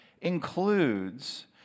includes